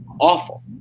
awful